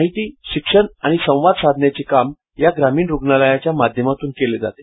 माहिती शिक्षण आणि संवाद साधण्याचे काम या ग्रामीण रुग्णालयाच्या माध्यमातून केलं जातं